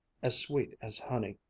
as sweet as honey.